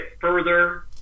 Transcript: further